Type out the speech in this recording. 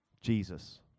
jesus